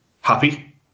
Happy